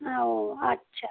ও আচ্ছা